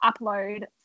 upload